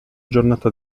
giornata